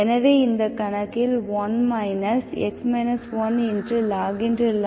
எனவே இந்த கணக்கில் 1 x 1log x2 x